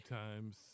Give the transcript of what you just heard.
times